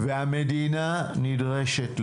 והמדינה נדרשת ליותר.